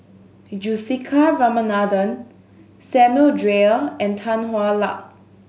Juthika Ramanathan Samuel Dyer and Tan Hwa Luck